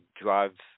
drive